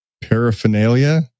paraphernalia